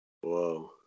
Whoa